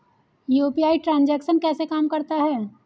UPI transaction कैसे काम करता है?